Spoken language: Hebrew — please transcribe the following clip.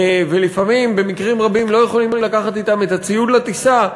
ולפעמים במקרים רבים לא יכולים לקחת אתם את הציוד לטיסה,